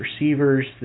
receivers